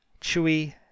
chewy